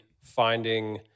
finding